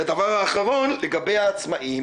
והדבר האחרון, לגבי העצמאים